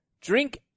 Drink